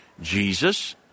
Jesus